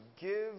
give